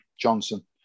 Johnson